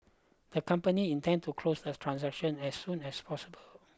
the company intends to close the transaction as soon as possible